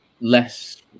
less